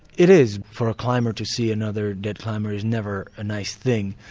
it is, for a climber to see another dead climber is never a nice thing.